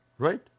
Right